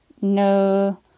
No